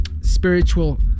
spiritual